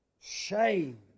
Shame